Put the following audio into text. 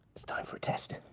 it's time for a test.